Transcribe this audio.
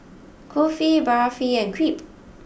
Kulfi Barfi and Crepe